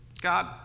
God